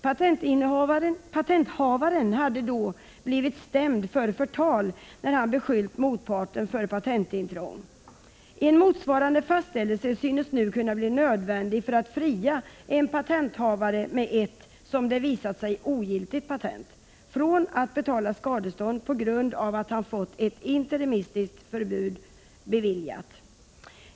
Patenthavaren hade då blivit stämd för förtal när han beskyllt motparten för patentintrång. En motsvarande fastställelse synes nu kunna bli nödvändig för att fria patenthavare med ett, som det visat sig, ogiltigt patent från att betala skadestånd på grund av att han fått ett interimistiskt förbud beviljat.